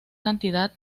cantidad